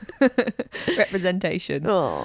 representation